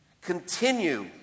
continue